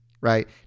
right